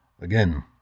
Again